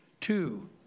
Two